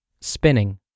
spinning